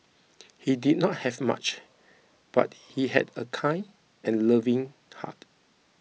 he did not have much but he had a kind and loving heart